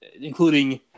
including